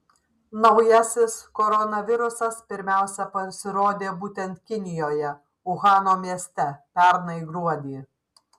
naujasis koronavirusas pirmiausia pasirodė būtent kinijoje uhano mieste pernai gruodį